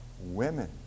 women